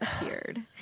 appeared